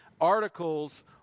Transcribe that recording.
articles